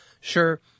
Sure